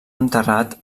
enterrat